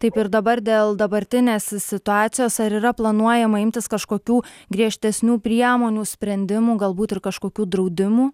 taip ir dabar dėl dabartinės situacijos ar yra planuojama imtis kažkokių griežtesnių priemonių sprendimų galbūt ir kažkokių draudimų